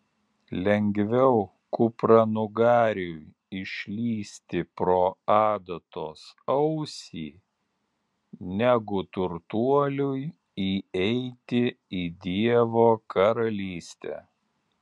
lengviau kupranugariui išlįsti pro adatos ausį negu turtuoliui įeiti į dievo karalystę